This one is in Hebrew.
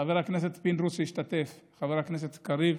חבר הכנסת פינדרוס השתתף, חבר הכנסת קריב,